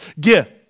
gift